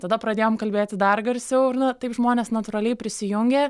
tada pradėjom kalbėti dar garsiau ir na taip žmonės natūraliai prisijungė